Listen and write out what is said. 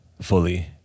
fully